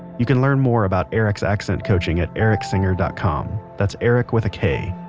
you can learn more about erik's accent coaching at eriksinger dot com that's erik with a k.